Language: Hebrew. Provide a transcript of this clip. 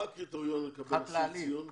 מה הקריטריון לקבל אסיר ציון?